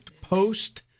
post